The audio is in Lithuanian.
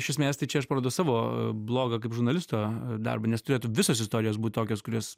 iš esmės tai čia aš parodau savo blogą kaip žurnalisto darbą nes turėtų visos istorijos būt tokios kurios